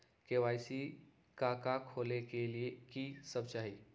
KYC का का खोलने के लिए कि सब चाहिए?